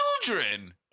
children